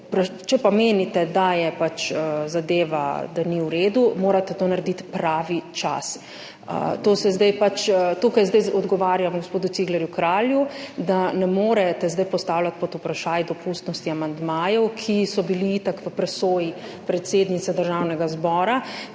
Če pa menite, da zadeva ni v redu, morate to narediti pravi čas. Tukaj zdaj odgovarjam gospodu Ciglerju Kralju, da ne morete zdaj postavljati pod vprašaj dopustnosti amandmajev, ki so bili itak v presoji predsednice Državnega zbora.